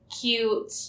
cute